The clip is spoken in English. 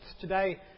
today